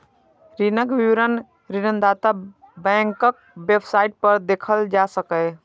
ऋणक विवरण ऋणदाता बैंकक वेबसाइट पर देखल जा सकैए